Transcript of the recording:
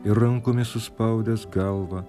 ir rankomis suspaudęs galvą